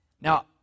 Now